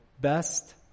best